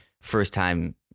first-time